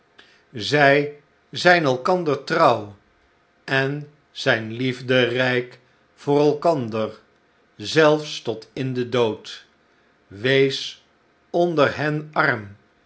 zij zijn elkander trouw en zijn liefderijk voor elkander zelfs tot in den dood wees onder hen arm